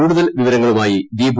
കൂടുതൽ വിവരങ്ങളുമായി ദീപു